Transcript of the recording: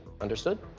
Understood